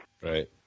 Right